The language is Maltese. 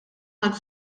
ħadt